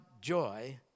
joy